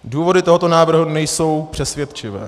Důvody tohoto návrhu nejsou přesvědčivé.